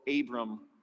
Abram